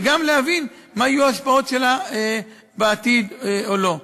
וגם להבין מה יהיו ההשפעות שלה בעתיד או לא.